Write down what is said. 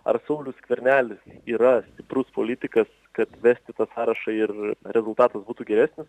ar saulius skvernelis yra stiprus politikas kad vesti tą sąrašą ir rezultatas būtų geresnis